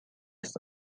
ist